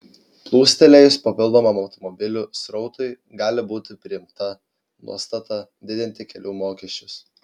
plūstelėjus papildomam automobilių srautui gali būti priimta nuostata didinti kelių mokesčius